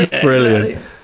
brilliant